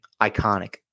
iconic